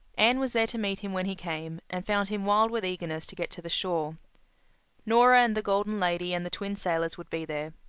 anne was there to meet him when he came, and found him wild with eagerness to get to the shore nora and the golden lady and the twin sailors would be there.